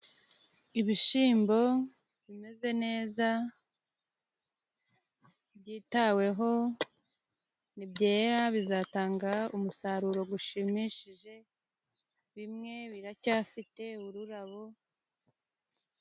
Ibishyimbo bimeze neza byitaweho. Nibyera bizatanga umusaruro ushimishije, bimwe biracyafite ururabo.